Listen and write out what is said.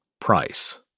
price